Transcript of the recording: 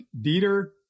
Dieter